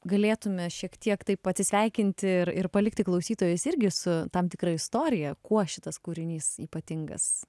galėtume šiek tiek taip atsisveikinti ir ir palikti klausytojus irgi su tam tikra istorija kuo šitas kūrinys ypatingas